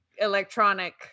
electronic